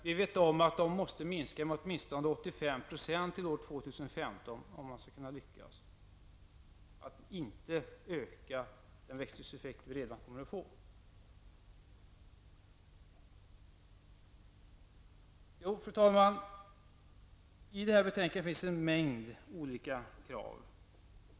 Vi vet att dessa utsläpp måste minska med åtminstone 85 % till år 2015 om man skall kunna klara av att inte öka den växthuseffekt vi redan kommer att få. Fru talman! I det här betänkandet framförs en mängd olika krav.